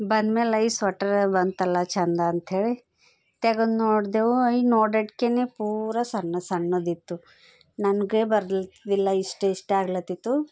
ಬಂದ್ಮೇಲೆ ಐ ಸ್ವೆಟ್ರ್ ಬಂತಲ್ಲ ಚೆಂದ ಅಂಥೇಳಿ ತೆಗೆದು ನೋಡ್ದೆವು ಐ ನೋಡಷ್ಟ್ಕೆನೇ ಪೂರ ಸಣ್ಣ ಸಣ್ಣದಿತ್ತು ನನಗೆ ಬರ್ಲತಿದಿಲ್ಲಾ ಇಷ್ಟು ಇಷ್ಟೇ ಆಗ್ಲತಿತ್ತು